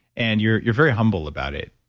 and you're you're very humble about it.